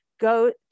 Go